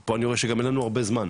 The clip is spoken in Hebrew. פה אני רואה שגם אין לנו הרבה זמן,